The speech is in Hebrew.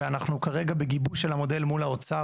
ואנחנו כרגע בגיבוש של המודל מול האוצר,